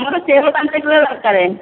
ମୋର ସେଓ ପାଞ୍ଚ କିଲୋ ଦରକାର